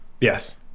Yes